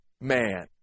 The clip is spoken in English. man